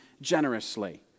generously